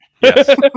Yes